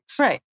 Right